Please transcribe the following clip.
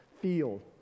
field